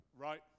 right